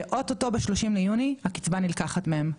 שאו-טו-טו ב-30 ליוני הקצבה נלקחת מהם,